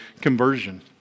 conversion